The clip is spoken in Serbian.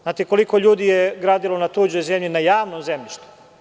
Znate koliko je ljudi gradilo na tuđoj zemlji, na javnom zemljištu?